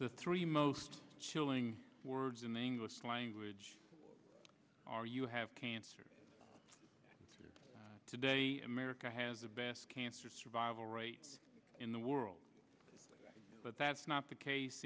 the three most chilling words in the english language are you have cancer today america has the best cancer survival rates in the world but that's not the case